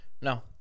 No